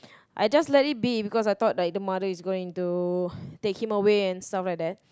I just let it be because I thought like the mother is going to take him away and stuff like that